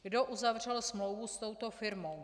Kdo uzavřel smlouvu s touto firmou?